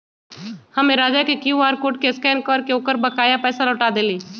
हम्मे राजा के Q R code के स्कैन करके ओकर बकाया पैसा लौटा देली